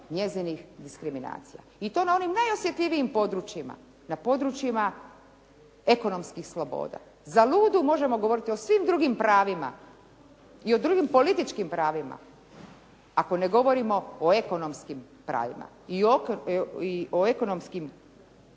njezinih diskriminacija i to na onim najosjetljivijim područjima, na područjima ekonomskih sloboda. Zaludu možemo govoriti o svim drugim pravima i o drugim političkim pravima, ako ne govorimo o ekonomskim pravima i o ekonomskim